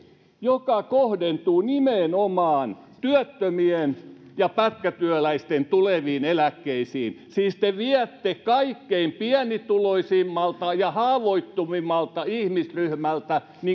joka kohdentuu nimenomaan työttömien ja pätkätyöläisten tuleviin eläkkeisiin siis te viette kaikkein pienituloisimmalta ja haavoittuvimmalta ihmisryhmältä